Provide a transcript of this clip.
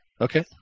Okay